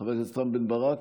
חבר הכנסת רם בן ברק,